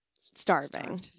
starving